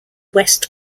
west